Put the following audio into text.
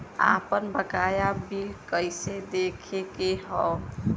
आपन बकाया बिल कइसे देखे के हौ?